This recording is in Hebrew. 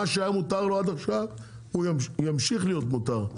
מה שהיה מותר לו עד עכשיו ימשיך להיות מותר לו.